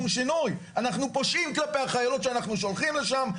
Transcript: אנחנו פושעים כלפי החיילות שאנחנו שולחים לשם,